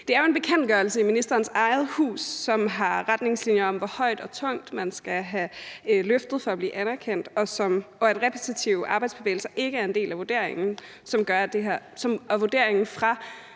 Det er jo en bekendtgørelse i ministerens eget hus, som har retningslinjer om, hvor højt og tungt man skal have løftet for at blive anerkendt, og at repetitive arbejdsbevægelser ikke er en del vurderingen. Og vurderingen fra